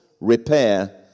repair